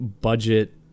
budget